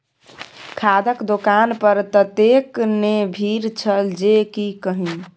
खादक दोकान पर ततेक ने भीड़ छल जे की कही